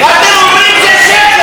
ואתם אומרים שזה שקר.